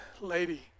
lady